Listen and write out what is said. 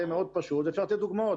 זה מאוד פשוט ואפשר לתת דוגמאות,